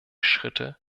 schritte